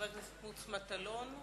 חבר הכנסת מוץ מטלון.